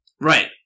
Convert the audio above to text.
Right